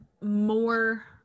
more